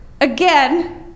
again